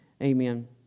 Amen